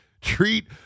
treat